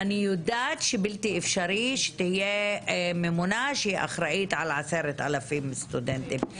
אני יודעת שזה בלתי אפשרי שתהיה ממונה שהיא אחראית ל-10,000 סטודנטים.